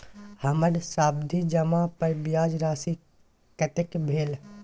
हमर सावधि जमा पर ब्याज राशि कतेक भेल?